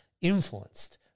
influenced